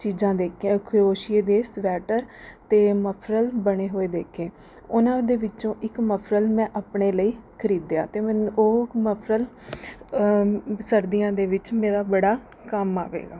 ਚੀਜ਼ਾਂ ਦੇਖੀਆਂ ਖਰੋਸ਼ੀਏ ਦੇ ਸਵੈਟਰ ਅਤੇ ਮਫ਼ਰਲ ਬਣੇ ਹੋਏ ਦੇਖੇ ਉਹਨਾਂ ਦੇ ਵਿੱਚੋਂ ਇੱਕ ਮਫ਼ਰਲ ਮੈਂ ਆਪਣੇ ਲਈ ਖਰੀਦਿਆ ਅਤੇ ਮੈਨੂੰ ਉਹ ਮਫ਼ਰਲ ਸਰਦੀਆਂ ਦੇ ਵਿੱਚ ਮੇਰਾ ਬੜਾ ਕੰਮ ਆਵੇਗਾ